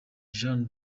jeanne